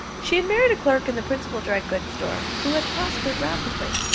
she had married a clerk in the principal dry-goods store, who had prospered rapidly,